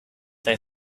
they